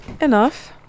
Enough